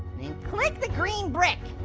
click the green brick.